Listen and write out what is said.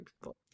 people